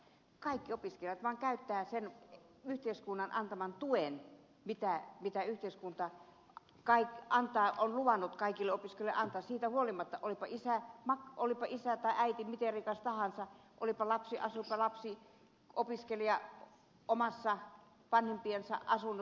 kaikki opiskelijat vaan käyttävät sen yhteiskunnan antaman tuen minkä yhteiskunta on luvannut kaikille opiskelijoille antaa siitä huolimatta olipa isä tai äiti miten rikas tahansa asuupa lapsi opiskelija omassa tai vanhempiensa asunnossa tai ei